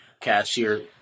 Cashier